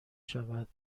شود